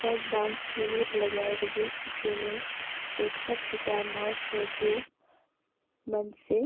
रक्त दान सिविर लगाए रिहिस जेम्हें एकसठ हजार नौ सौ दू मइनसे